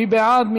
מי בעד?